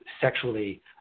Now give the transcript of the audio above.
sexually